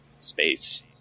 space